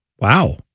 Wow